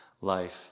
life